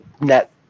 net